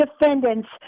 defendants